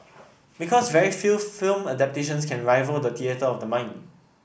because very few film adaptations can rival the theatre of the mind